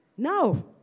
No